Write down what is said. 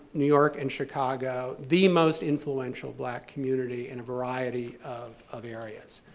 new york and chicago, the most influential black community in a variety of of areas.